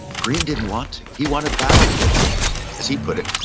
greene didn't want to. he wanted battlefield honors. as he put it,